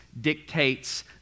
dictates